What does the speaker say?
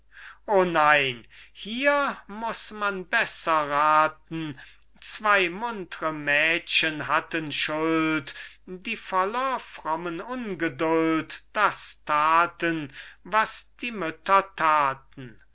o nein hier muß man besser raten zwei muntre mädchen hatten schuld die voller frommen ungeduld das taten was die mütter taten